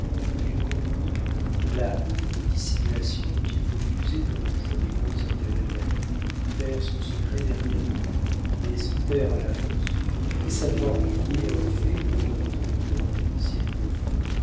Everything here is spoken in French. il comprit la haute dissimulation dont il faut user dans le jeu des grands intérêts de la vie taire son secret n'est rien mais se taire à l'avance mais savoir oublier un fait pendant trente ans s'il le faut